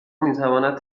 میتواند